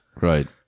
Right